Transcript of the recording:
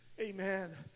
Amen